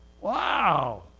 Wow